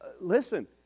listen